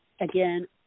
again